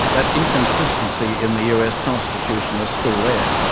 that inconsistency in the u. s. constitution is still there.